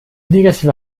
negative